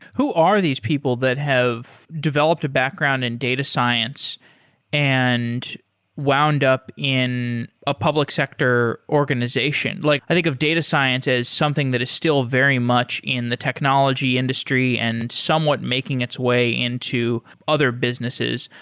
who are these people that have developed a background in data science and wound up in a public sector organization? like i think of data science as something that is still very much in the technology industry and somewhat making its way into other businesses.